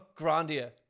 Grandia